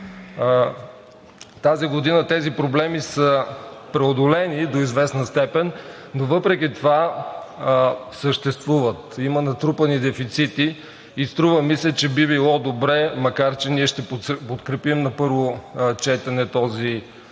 Тази година тези проблеми са преодолени до известна степен, но въпреки това съществуват. Има натрупани дефицити и струва ми се, че би било добре, макар че ние ще подкрепим на първо четене този